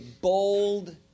bold